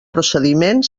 procediment